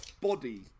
body